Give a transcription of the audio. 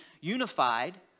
unified